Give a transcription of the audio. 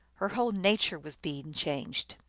her whole nature was being changed.